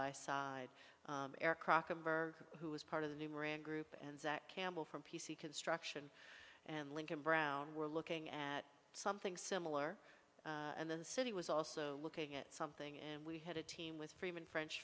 by side who is part of the new moran group and campbell from p c construction and lincoln brown we're looking at something similar and the city was also looking at something and we had a team with freeman french